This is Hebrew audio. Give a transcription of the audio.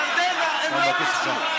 ירדנה, הם לא ביקשו.